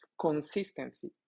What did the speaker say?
consistency